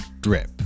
drip